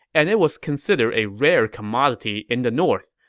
and it was considered a rare commodity in the north.